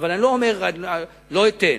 אבל אני לא אומר: לא אתן.